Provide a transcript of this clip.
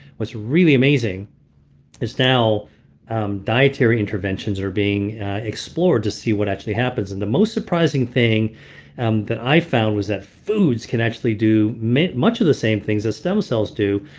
what's really amazing is now dietary interventions are being explored to see what actually happens. and the most surprising thing um that i found was that foods can actually do much of the same things that stem cells do.